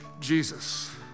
Jesus